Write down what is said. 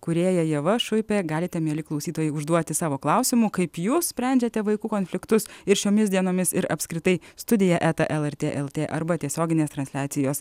kūrėja ieva šuipė galite mieli klausytojai užduoti savo klausimų kaip jūs sprendžiate vaikų konfliktus ir šiomis dienomis ir apskritai studija eta lrt lt arba tiesioginės transliacijos